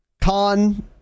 Con